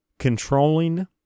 controlling